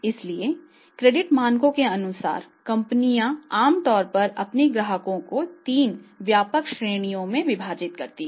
इसलिए क्रेडिट मानकों के अनुसार कंपनियां आमतौर पर अपने ग्राहकों को तीन व्यापक श्रेणियों में विभाजित करती हैं